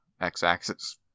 x-axis